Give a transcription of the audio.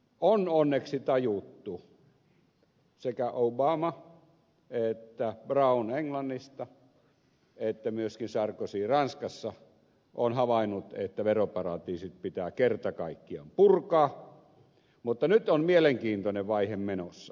on onneksi tajuttu sekä obama että brown englannista ja myöskin sarkozy ranskasta ovat havainneet että veroparatiisit pitää kerta kaikkiaan purkaa mutta nyt on mielenkiintoinen vaihe menossa